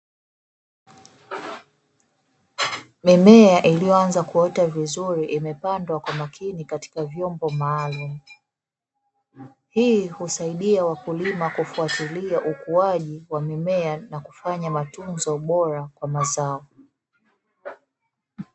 Mimea iliyoanza kuota vizuri imepandwa kwa makini katika vyombo maalumu. Hii husaidia wakulima kufuatilia ukuaji wa mimea na kufanya matunzo bora kwa mazao.